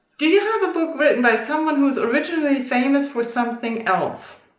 do you have a book written by someone who's originally famous for something else?